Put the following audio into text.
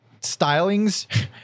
stylings